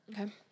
Okay